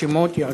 השמות יעודכנו.